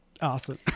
awesome